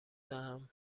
دهم